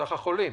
מסך החולים.